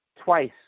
twice